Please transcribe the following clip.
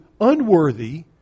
unworthy